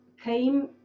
came